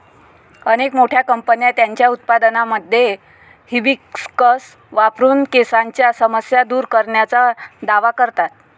अनेक मोठ्या कंपन्या त्यांच्या उत्पादनांमध्ये हिबिस्कस वापरून केसांच्या समस्या दूर करण्याचा दावा करतात